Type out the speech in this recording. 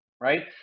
right